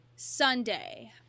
Sunday